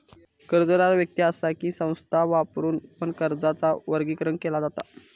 कर्जदार व्यक्ति असा कि संस्था यावरुन पण कर्जाचा वर्गीकरण केला जाता